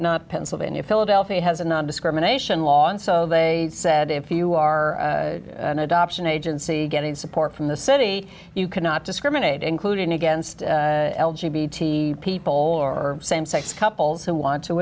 not pennsylvania philadelphia has a non discrimination law and so they said if you are an adoption agency getting support from the city you cannot discriminate including against people or same sex couples who want to